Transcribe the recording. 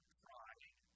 pride